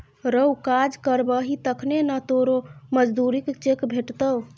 रौ काज करबही तखने न तोरो मजुरीक चेक भेटतौ